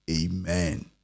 amen